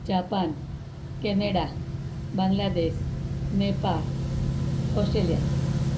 Japan Canada Bangladesh Nepal Australia